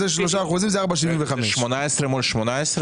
בזה יש 3% ובזה 4.75%. 18 מול 18?